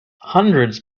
hundreds